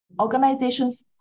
Organizations